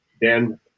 dan